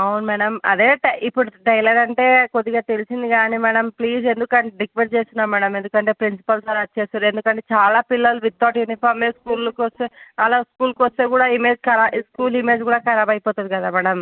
అవును మ్యాడం అదే టైలర్ ఇప్పుడు టైలర్ అంటే కొద్దిగా తెలిసింది గానీ మ్యాడమ్ ప్లీజ్ ఎందుకు అంటే రిక్వెస్ట్ చేస్తున్నాం మ్యాడం ఎందుకంటే ప్రిన్సిపల్ సర్ అరిచేస్తున్నారు ఎందుకు అంటే చాల పిల్లలు వితౌట్ యూనీఫార్మ్ వేసుకొని స్కూల్ లోకి వస్తే అలా స్కూల్కి వస్తే కుడ స్కూల్ ఇమేజ్ కరాబ్ స్కూల్ ఇమేజ్ కూడా కరాబ్ అయిపోతుంది కదా మ్యాడం